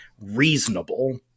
reasonable